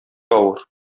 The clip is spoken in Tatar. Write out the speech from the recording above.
авыр